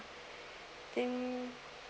think